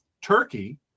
Turkey